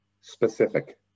specific